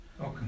Okay